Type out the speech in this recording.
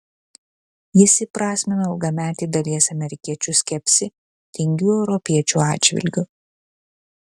jis įprasmino ilgametį dalies amerikiečių skepsį tingių europiečių atžvilgiu